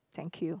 thank you